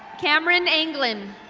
cameron englund.